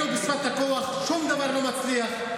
ראינו שבשפת הכוח שום דבר לא מצליח.